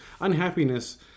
unhappiness